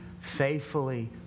faithfully